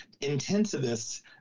intensivists